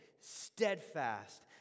steadfast